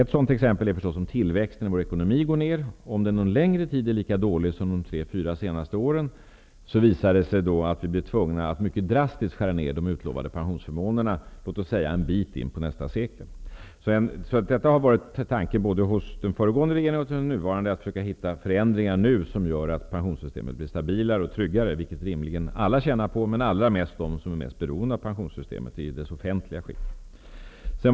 Ett sådant exempel är förstås om tillväxten i vår ekonomi går ned och om den under längre tid är lika dålig som under de tre fyra senaste åren. Då visar det sig att vi blir tvungna att mycket drastiskt skära ned de utlovade pensionsförmånerna, låt säga en bit in på nästa sekel. Det har varit tanken både hos den föregående regeringen och hos den nuvarande att försöka hitta förändringar nu som gör att pensionssystemet blir stabilare och tryggare, vilket rimligen alla tjänar på, men allra mest de som är mest beroende av pensionssystemet i dess offentliga skick.